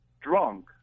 drunk